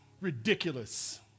Ridiculous